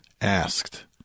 asked